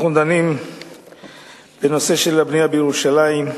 אנחנו דנים בנושא הבנייה בירושלים,